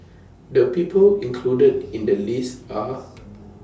The People included in The list Are